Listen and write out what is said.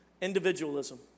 Individualism